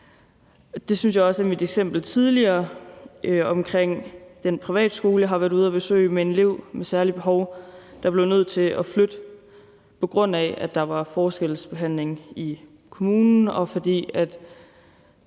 Det synes jeg heller ikke om mit eksempel tidligere omkring den privatskole, jeg har været ude at besøge, med en elev med særlige behov, der blev nødt til at flytte, på grund af at der var forskelsbehandling i kommunen, og fordi